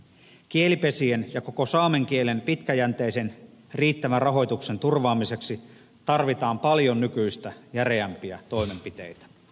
kielipesien ja koko saamen kielen pitkäjänteisen riittävän rahoituksen turvaamiseksi tarvitaan paljon nykyistä järeämpiä toimenpiteitä